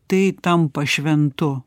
tai tampa šventu